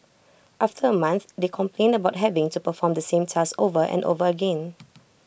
after A month they complained about having to perform the same task over and over again